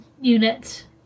unit